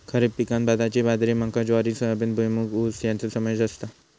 खरीप पिकांत भाताची बाजरी मका ज्वारी सोयाबीन भुईमूग ऊस याचो समावेश असता